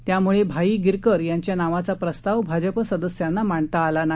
त्यामुळे भाई गिरकर यांच्या नावाचा प्रस्ताव भाजप सदस्यांना मांडता आला नाही